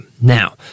Now